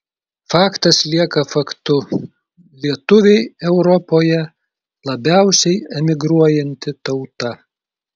faktas lieka faktu lietuviai europoje labiausiai emigruojanti tauta